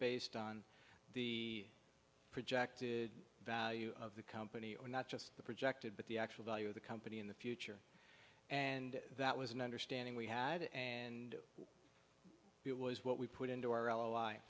based on the projected value of the company or not just the projected but the actual value of the company in the future and that was an understanding we had and it was what we put into our ally